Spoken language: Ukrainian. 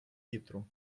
вітру